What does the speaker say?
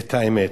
ואת האמת.